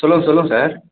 சொல்லுங்க சொல்லுங்கள் சார்